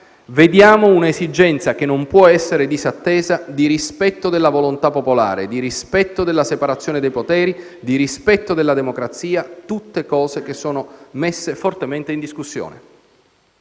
«vediamo un'esigenza, che non può essere disattesa, di rispetto della volontà popolare, di rispetto della separazione dei poteri, di rispetto della democrazia autenticamente, tutte cose che sono messe fortemente in discussione».